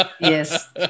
Yes